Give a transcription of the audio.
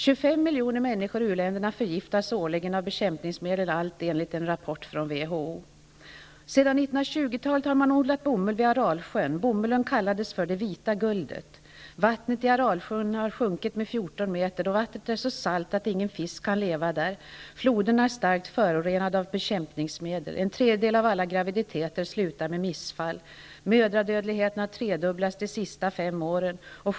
25 miljoner människor i u-länderna förgiftas årligen av bekämpningsmedel. Allt detta framgår av en rapport från WHO. Sedan 1920 har bomull odlats vid Aralsjön. Bomullen har där kallats för det vita guldet. Vattennivån i sjön har sjunkit 14 meter, och vattnet är så salt att ingen fisk kan leva där. Floderna är starkt förorenade av bekämpningsmedel. En tredjedel av alla graviditeter slutar i missfall. Mödradödligheten har tredubblats de senaste fem åren.